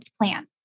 plan